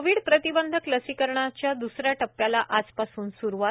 Covid प्रतिबंधक लसीकरणाच्या द्रसऱ्या टप्प्याला आजपासून स्रूवात